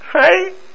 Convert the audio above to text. right